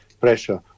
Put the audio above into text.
pressure